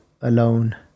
alone